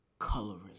colorism